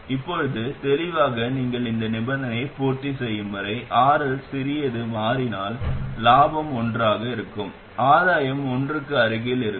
இப்போது தெளிவாக நீங்கள் இந்த நிபந்தனையை பூர்த்தி செய்யும் வரை RL சிறிது மாறினால் லாபம் ஒன்றாக இருக்கும் ஆதாயம் ஒன்றுக்கு அருகில் இருக்கும்